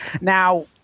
Now